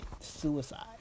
suicide